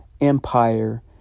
empire